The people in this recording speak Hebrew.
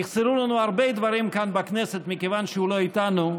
יחסרו לנו הרבה דברים כאן בכנסת מכיוון שהוא לא איתנו,